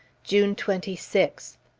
june twenty sixth.